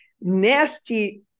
nasty